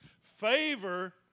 Favor